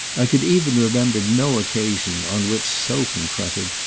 i could even remember no occasion on which, so confronted,